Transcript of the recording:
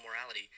morality